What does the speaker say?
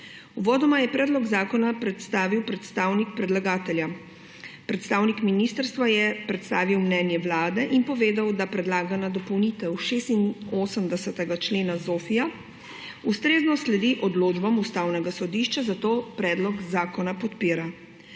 Uvodoma je predlog zakona predstavil predstavnik predlagatelja, predstavnik ministrstva je predstavil mnenje Vlade in povedal, da predlagana dopolnitev 86. člena ZOFVI ustrezno sledi odločbam Ustavnega sodišča, zato predlog zakona podpira.